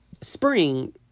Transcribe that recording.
spring